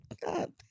God